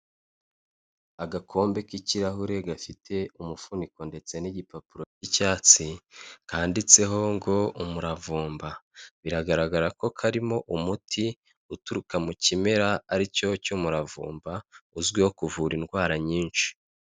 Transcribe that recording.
Agakombe k'ikirahure gafite umufuniko ndetse n'igipapuro cy'icyatsi, kanditseho ngo "umuravumba" Biragaragara ko karimo umuti, uturuka mu kimera aricyo cy'umuravumba, uzwiho kuvura indwara nyinshi.